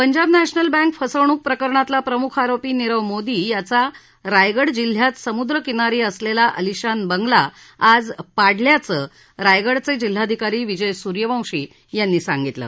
Punjab national bank फसवणूक प्रकरणातला प्रमुख आरोपी नीरव मोदी याचा रायगड जिल्ह्यात समुद्रकिनारी असलेला आलिशान बंगला आज पाडल्याचे रायगडचे जिल्हाधिकारी विजय सूर्यवंशी यांनी सांगितलं